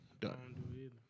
Done